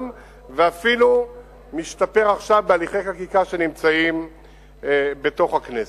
ואפילו משתפר עכשיו בהליכי חקיקה שנמצאים בכנסת.